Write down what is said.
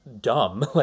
dumb